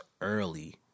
early